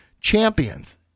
champions